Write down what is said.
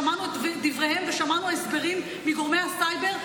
שמענו את דבריהם ושמענו הסברים מגורמי הסייבר,